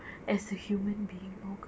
as a human being oh go~